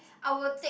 I would take